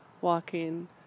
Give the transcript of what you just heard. walking